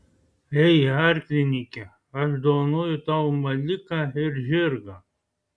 ei arklininke aš dovanoju tau maliką ir žirgą